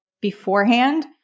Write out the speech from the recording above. beforehand